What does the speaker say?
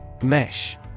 Mesh